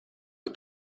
the